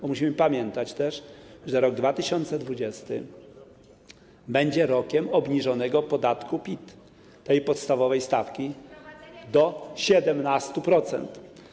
Bo musimy pamiętać też, że rok 2020 będzie rokiem obniżonego podatku PIT, tej podstawowej stawki, do 17%.